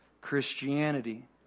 Christianity